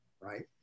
right